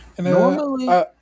normally